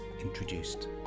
introduced